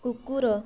କୁକୁର